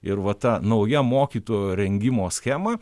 ir va ta nauja mokytojo rengimo schema